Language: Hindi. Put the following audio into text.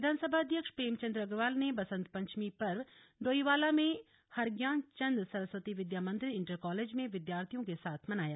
विधानसभा अध्यक्ष प्रेम चंद्र अग्रवाल ने वसंत पंचमी पर्व डोईवाला में हरज्ञान चंद सरस्वती विद्या मंदिर इंटर कॉलेज में विद्यार्थियों के साथ मनाया